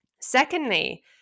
Secondly